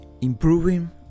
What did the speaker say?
improving